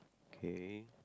K